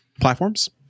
platforms